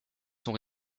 son